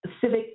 Civic